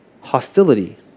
hostility